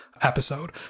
episode